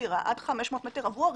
תפירה עד 500 מטרים רבועים,